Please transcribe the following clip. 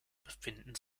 befinden